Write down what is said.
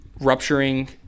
rupturing